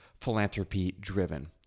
philanthropy-driven